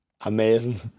Amazing